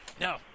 no